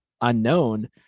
unknown